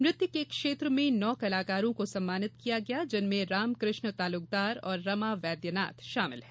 नृत्य के क्षेत्र में नौ कलाकरों को सम्मानित किया गया जिनमें रामकष्ण तालुकदार और रमा वैद्यनाथ शामिल हैं